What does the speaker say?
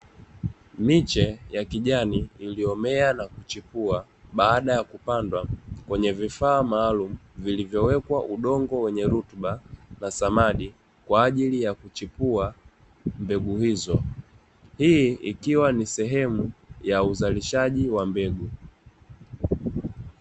Miche ya kijani iliyomea na kuchepua baada ya kupandwa kwenye vifaa maaulumu vilivowekwa udongo wenye rutuba na samadi kwa ajili kuchipua mbegu hizo, hii ikiwa ni sehemu ya uzalishaji wa mbegu.